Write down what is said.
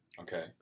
Okay